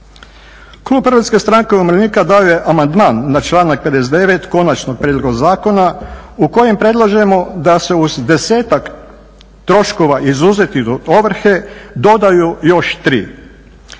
Klub HSU dao je amandman na članak 59.konačnog prijedloga zakona u kojem predlažemo da se uz desetak troškova izuzetih iz ovrhe dodaju još tri.